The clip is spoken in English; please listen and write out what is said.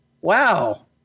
wow